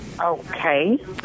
Okay